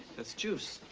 that's juice.